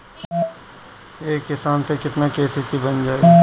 एक किसान के केतना के.सी.सी बन जाइ?